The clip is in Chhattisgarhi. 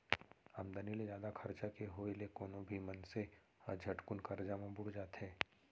आमदनी ले जादा खरचा के होय ले कोनो भी मनसे ह झटकुन करजा म बुड़ जाथे